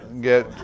get